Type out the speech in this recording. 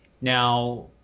Now